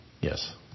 Yes